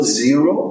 zero